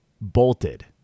bolted